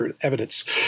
evidence